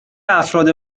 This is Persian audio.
افراد